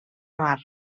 mar